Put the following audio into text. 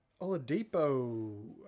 Oladipo